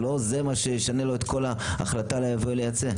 זה לא מה שישנה לו את כל ההחלטה לייבא או לייצא.